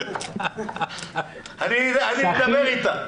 אני אדבר איתה,